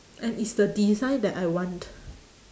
and is the design that I want